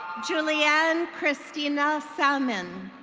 julianne christina selmon.